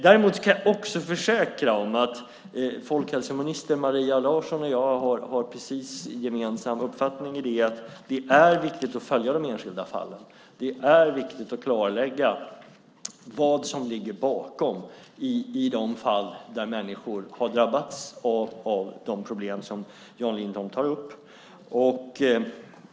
Jag kan också försäkra att folkhälsominister Maria Larsson och jag har precis samma uppfattning när det gäller att det är viktigt att följa de enskilda fallen. Det är viktigt att klarlägga vad som ligger bakom i de fall där människor har drabbats av de problem som Jan Lindholm tar upp.